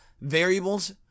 variables